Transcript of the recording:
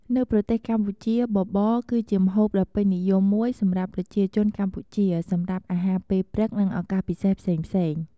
នៅប្រទេសកម្ពុជា បបរគឺជាម្ហូបដ៏ពេញនិយមមួយសម្រាប់ប្រជាជនកម្ពុជា សម្រាប់អាហារពេលព្រឹក និងឱកាសពិសេសផ្សេងៗ។